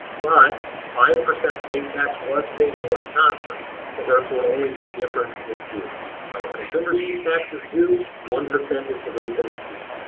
but five percent state tax was paid in wisconsin, so therefore only the difference is due. so consumer's use tax is due. one percent is the rate that is due.